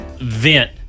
vent